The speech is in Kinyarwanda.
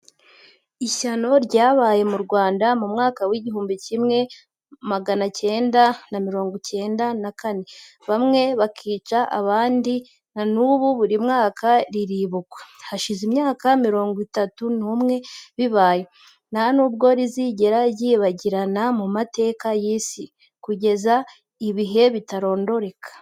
Ishyano ryabaye mu Rwanda mu mwaka w'igihumbi kimwe na magana acyenda na mirongo icyenda na kane, bamwe bakica abandi, na n'ubu, buri mwaka riribukwa, hashize imyaka mirongo itatu n'umwe bibaye, nta n'ubwo rizigera ryibagirana mu mateka y'isi, kugeza ibihe bitarondoreka,